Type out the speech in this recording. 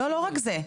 לא רק זה.